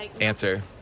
answer